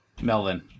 Melvin